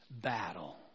battle